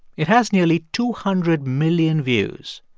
it has nearly two hundred million views.